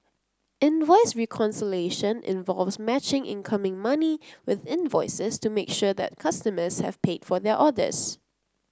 invoice reconciliation involves matching incoming money with invoices to make sure that customers have paid for their orders